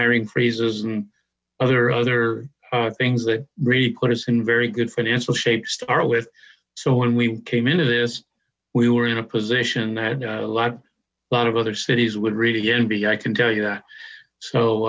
hiring freezes and other other things that really put us in very good financial shape to start with so when we came into this we were in a position that a lot lot of other cities would really envy i can tell you that so